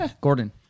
Gordon